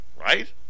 right